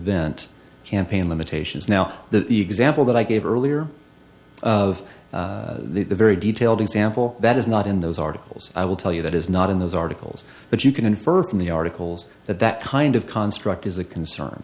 circumvent campaign limitations now the example that i gave earlier of the very detailed example that is not in those articles i will tell you that is not in those articles but you can infer from the articles that that kind of construct is a concern